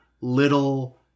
little